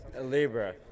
Libra